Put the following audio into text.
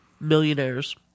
millionaires